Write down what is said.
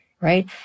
Right